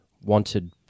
wanted